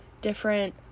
different